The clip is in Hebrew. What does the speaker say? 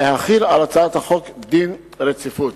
להחיל על הצעת החוק דין רציפות.